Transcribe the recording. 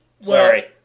Sorry